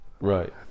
Right